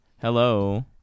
Hello